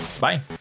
bye